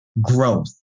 growth